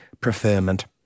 preferment